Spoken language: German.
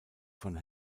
von